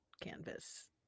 canvas